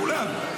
כולם,